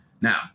Now